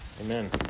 Amen